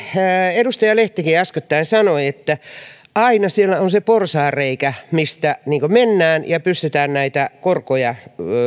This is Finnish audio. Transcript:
edustaja lehtikin äskettäin puhui että aina siellä on se porsaanreikä mistä mennään ja pystytään korkoja